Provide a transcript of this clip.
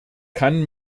kann